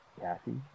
Kathy